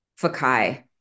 Fakai